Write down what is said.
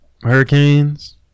Hurricanes